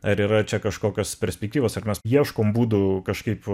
ar yra čia kažkokios perspektyvos ar mes ieškom būdų kažkaip